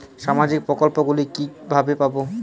সামাজিক প্রকল্প গুলি কিভাবে পাব?